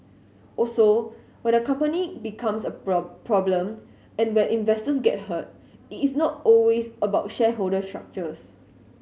also when a company becomes a problem and when investors get hurt it is not always about shareholder structures